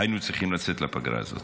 היינו צריכים לצאת לפגרה הזאת?